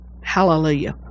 Hallelujah